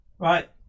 Right